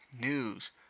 news